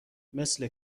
مثل